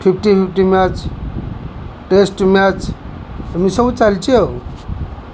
fifty fifty match test match ଏମିତି ସବୁ ଚାଲିଛି ଆଉ